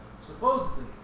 Supposedly